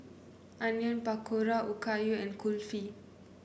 Onion Pakora Okayu and Kulfi